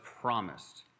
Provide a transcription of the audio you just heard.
promised